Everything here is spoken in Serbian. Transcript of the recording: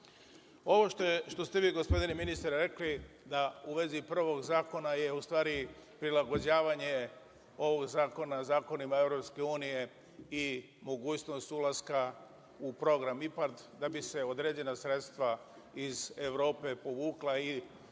što ste vi, gospodine ministre, rekli u vezi prvog zakona je u stvari prilagođavanje ovog zakona zakonima EU i mogućnost ulaska u program IPARD, kako bi se određena sredstva iz Evrope povukla i omogućila